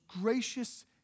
gracious